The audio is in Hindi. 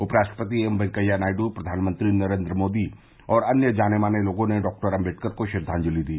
उपराष्ट्रपति एम वेंकैया नायड प्रधानमंत्री नरेन्द्र मोदी और अन्य जाने माने लोगों ने डॉक्टर आम्बेडकर को श्रद्वांजलि दी